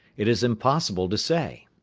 it is impossible to say.